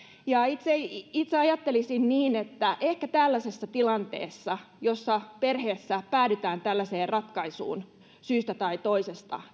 itse ajattelisin niin että ehkä tällaisessa tilanteessa jossa perheessä päädytään tällaiseen ratkaisuun syystä tai toisesta